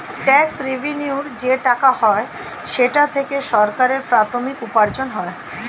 tax রেভেন্যুর যে টাকা হয় সেটা থেকে সরকারের প্রাথমিক উপার্জন হয়